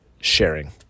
sharing